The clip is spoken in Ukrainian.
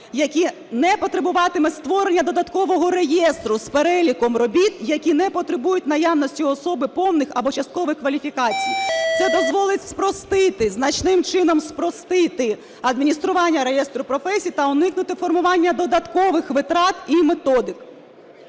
які не потребуватимуть створення додаткового реєстру з переліком робіт, які не потребують наявності особи повних або часткових кваліфікацій. Це дозволить спростити, значним чином спростити адміністрування реєстру професій та уникнути формування додаткових витрат і методик.